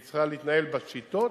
והיא צריכה להתנהל בשיטות